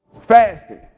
Fasting